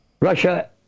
Russia